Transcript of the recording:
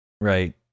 right